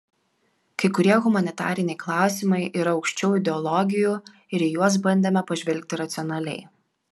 kai kurie humanitariniai klausimai yra aukščiau ideologijų ir į juos bandėme pažvelgti racionaliai